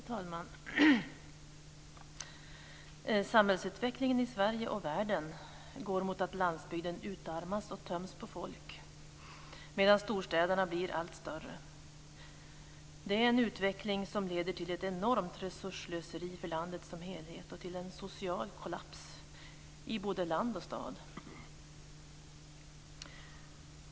Herr talman! Samhällsutvecklingen i Sverige och världen går mot att landsbygden utarmas och töms på folk medan storstäderna blir allt större. Det är en utveckling som leder till ett enormt resursslöseri för landet som helhet och till en social kollaps i både land och stad.